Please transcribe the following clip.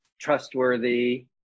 trustworthy